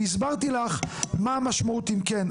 והסברתי לך מה המשמעות אם כן,